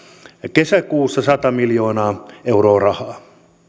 kesäkuussa sata miljoonaa euroa euroa